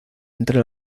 entre